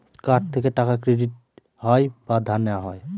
card থেকে টাকা credit হয় বা ধার নেওয়া হয়